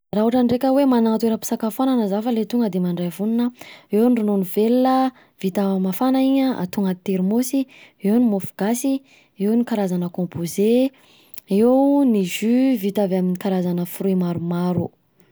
Raha ohatra ndreka hoe manana toeram-pisakafoanan za fa le tonga de mandray vonona: eo ny ronono velona, vita mafana iny an, atao anaty termosy eo ny mofo gasy, eo ny karazana kômpôze, eo ny jus vita avy aminà karazana fruit maromaro.